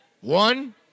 One